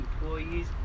employees